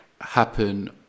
happen